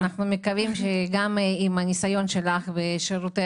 אנחנו מקווים שגם עם הניסיון שלך בשירותי